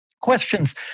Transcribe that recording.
Questions